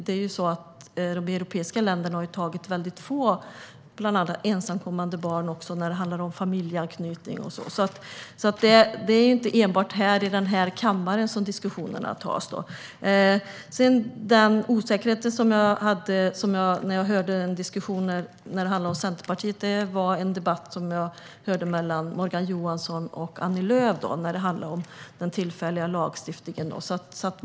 De europeiska länderna har ju tagit emot väldigt få ensamkommande barn när det handlar om familjeanknytning. Det är inte enbart i den här kammaren som diskussionerna tas. Den osäkerhet som jag har angående Centerpartiet uppfattade jag i en debatt mellan Morgan Johansson och Annie Lööf om den tillfälliga lagstiftningen.